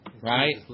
Right